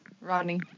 Rodney